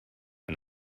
and